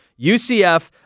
UCF